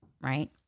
right